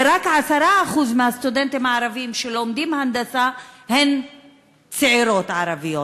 ורק 10% מהסטודנטים הערבים שלומדים הנדסה הם צעירות ערביות.